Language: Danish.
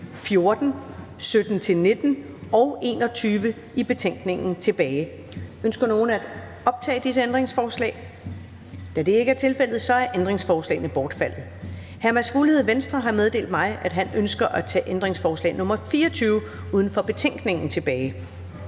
14, 17-19 og 21 i betænkningen tilbage. Ønsker nogen at optage disse ændringsforslag? Da det ikke er tilfældet, er ændringsforslagene bortfaldet. Hr. Mads Fuglede, Venstre, har meddelt mig, at han ønsker at tage ændringsforslag nr. 24 uden for betænkningen tilbage.